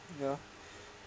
ya